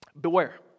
Beware